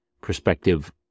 perspective